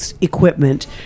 equipment